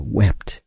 wept